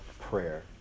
prayer